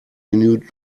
menü